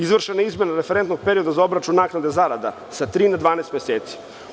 Izvršena je izmena referentnog perioda za obračun naknada zarada sa tri na 12 meseci.